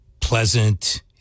Pleasant